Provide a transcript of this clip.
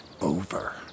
over